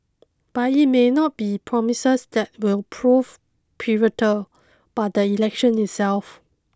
but it may not be the promises that will prove pivotal but the election itself